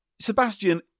Sebastian